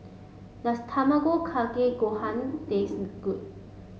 does Tamago Kake Gohan taste good